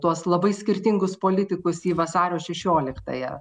tuos labai skirtingus politikus į vasario šešioliktąją